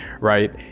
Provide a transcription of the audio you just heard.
Right